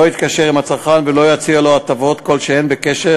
לא יתקשר עם הצרכן ולא יציע לו הטבות כלשהן בהקשר